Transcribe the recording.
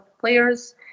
players